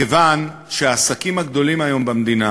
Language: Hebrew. מכיוון שהעסקים הגדולים היום במדינה